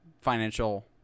financial